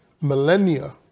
millennia